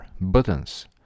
Buttons